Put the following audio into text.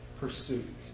pursuit